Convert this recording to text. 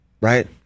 right